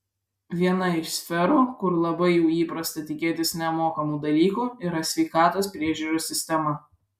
viena iš sferų kur labai jau įprasta tikėtis nemokamų dalykų yra sveikatos priežiūros sistema